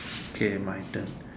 okay my turn